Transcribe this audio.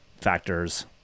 factors